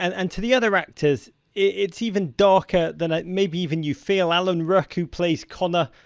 and and to the other actors, it it's even darker than maybe even you feel. alan ruck who plays connor,